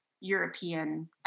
European